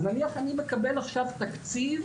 אז נניח אני מקבל עכשיו תקציב